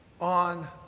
on